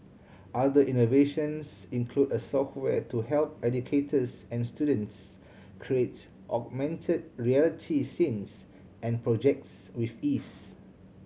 other innovations include a software to help educators and students create augmented reality scenes and projects with ease